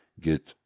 get